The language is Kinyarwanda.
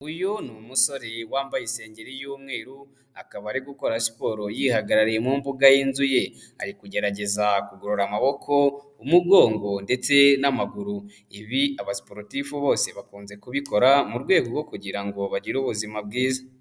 Uyu ni umusore wambaye isengeri y'umweru, akaba ari gukora siporo yihagarariye mu mbuga y'inzu ye, ari kugerageza kugorora amaboko, umugongo ndetse n'amaguru, ibi abasiporutifu bose bakunze kubikora, mu rwego rwo kugira ngo bagire ubuzima bwiza.